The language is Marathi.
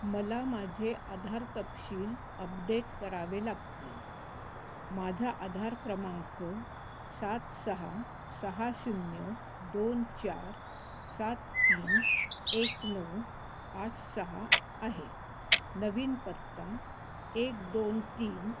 मला माझे आधार तपशील अपडेट करावे लागतील माझा आधार क्रमांक सात सहा सहा शून्य दोन चार सात तीन एक नऊ आठ सहा आहे नवीन पत्ता एक दोन तीन